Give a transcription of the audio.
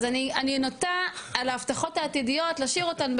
אז אני נוטה על ההבטחות העתידיות להשאיר אותן,